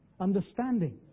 understanding